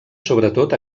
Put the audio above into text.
sobretot